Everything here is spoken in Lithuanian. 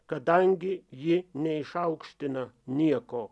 kadangi ji neišaukština nieko